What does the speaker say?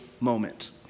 moment